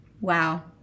Wow